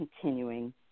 continuing